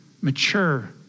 mature